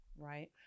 Right